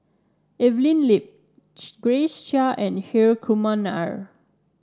Evelyn Lip Grace Chia and Hri Kumar Nair